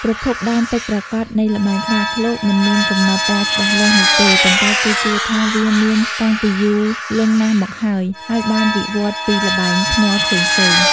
ប្រភពដើមពិតប្រាកដនៃល្បែងខ្លាឃ្លោកមិនមានកំណត់ត្រាច្បាស់លាស់នោះទេ ប៉ុន្តែគេជឿថាវាមានតាំងពីយូរលង់ណាស់មកហើយ ហើយបានវិវត្តន៍ពីល្បែងភ្នាល់ផ្សេងៗ។